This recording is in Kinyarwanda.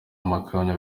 amakamyo